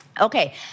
Okay